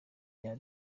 rya